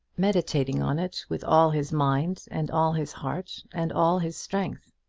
meditating on it with all his mind, and all his heart, and all his strength.